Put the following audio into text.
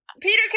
Peter